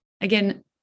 Again